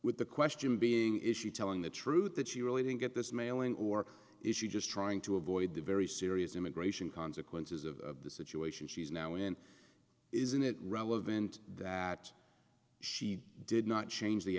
with the question being issued telling the truth that she really didn't get this mailing or is she just trying to avoid the very serious immigration consequences of the situation she's now in isn't it relevant that she did not change the